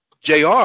JR